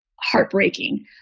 heartbreaking